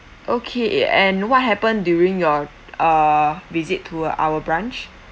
okay and what happened during your uh visit to uh our branch